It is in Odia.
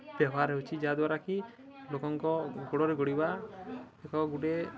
ବ୍ୟବହାର ହେଉଛି ଯାହା ଦ୍ୱାରାକି ଲୋକଙ୍କ ଗୋଡ଼ରେ ଗଡ଼ିବା ଏକ ଗୁଟେ